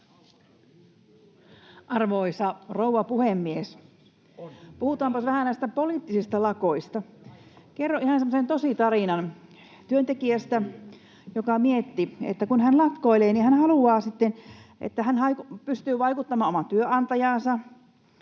Arvoisa rouva puhemies! Puhutaanpa vähän näistä poliittisista lakoista. Kerron ihan semmoisen tositarinan työntekijästä, joka mietti, että kun hän lakkoilee, niin hän haluaa sitten, että hän pystyy vaikuttamaan omaan työnantajaansa,